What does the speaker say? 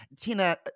Tina